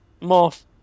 Morph